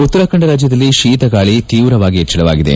ಉತ್ತರಾಖಂಡ ರಾಜ್ಯದಲ್ಲಿ ಶೀತಗಾಳಿ ತೀವ್ರವಾಗಿ ಹೆಚ್ಚಳವಾಗಿದೆ